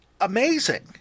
amazing